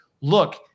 look